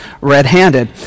red-handed